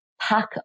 pack